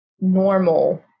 normal